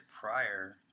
prior